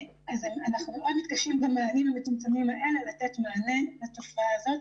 אנחנו מאוד מתקשים עם המשאבים המצומצמים האלה לתת מענה לתופעה הזאת,